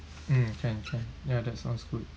mm can can yeah that sounds good